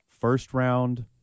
first-round